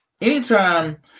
Anytime